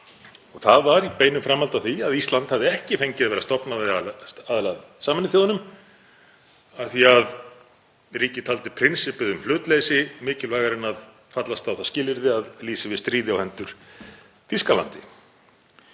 Það var í beinu framhaldi af því að Ísland hafði ekki fengið að vera stofnaðili að aðili að Sameinuðu þjóðunum af því að ríkið taldi prinsippið um hlutleysi mikilvægara en að fallast á það skilyrði að lýsa yfir stríði á hendur Þýskalandi.